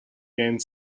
gained